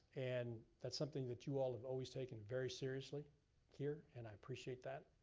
and that's something that you all have always taken very seriously here, and i appreciate that.